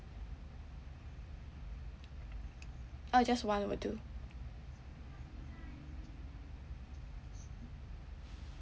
uh just one will do